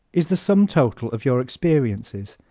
is the sum total of your experiences.